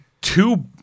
two